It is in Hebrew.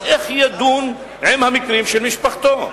אז איך ידון במקרים של משפחתו?